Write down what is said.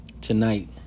Tonight